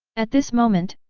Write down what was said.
at this moment,